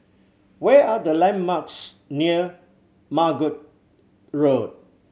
what are the landmarks near Margate Road